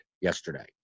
yesterday